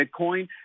Bitcoin